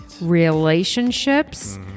relationships